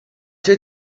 did